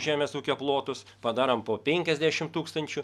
žemės ūkio plotus padarom po penkiasdešimt tūkstančių